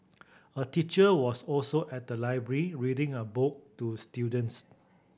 a teacher was also at the library reading a book to students